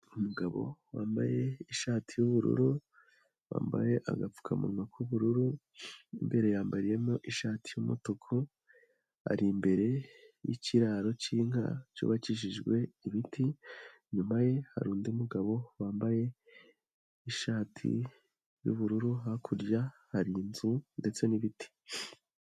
Umugabo wambaye ishati y'ubururu, wambaye agapfukamunwa k'ubururu, mo imbere yambariyemo ishati y'umutuku, ari imbere y'ikiraro cy'inka cyubakishijwe ibiti, inyuma ye hari undi mugabo wambaye ishati y'ubururu, hakurya hari inzu ndetse n'ibiti.